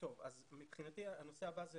מבחינתי הנושא הבא זה